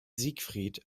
siegfried